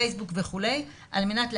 פייסבוק וכו' על מנת להגיע.